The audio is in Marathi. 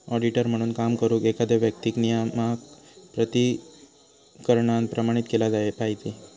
ऑडिटर म्हणून काम करुक, एखाद्या व्यक्तीक नियामक प्राधिकरणान प्रमाणित केला पाहिजे